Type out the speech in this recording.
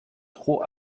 trop